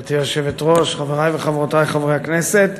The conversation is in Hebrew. גברתי היושבת-ראש, חברי וחברותי חברי הכנסת,